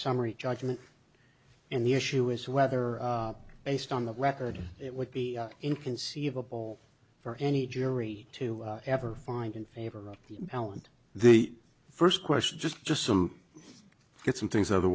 summary judgment in the issue is whether based on the record it would be inconceivable for any jury to ever find in favor of the talent the first question just just some get some things eithe